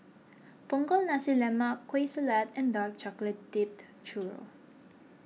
Punggol Nasi Lemak Kueh Salat and Dark Chocolate Dipped Churro